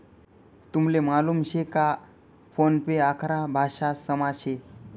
तुमले मालूम शे का फोन पे अकरा भाषांसमा शे